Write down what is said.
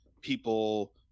people